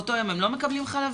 באותו יום הם לא מקבלים חלבי?